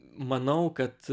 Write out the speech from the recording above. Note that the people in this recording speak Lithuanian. manau kad